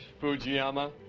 Fujiyama